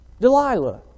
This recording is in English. Delilah